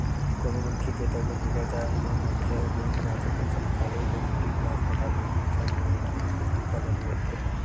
कोनो मनखे के तबीयत बिगड़ जाय ले मनखे ह बेंक जाके पइसा निकालही धुन मरीज ल अस्पताल लेगही अइसन म ए.टी.एम के सुबिधा बने रहिथे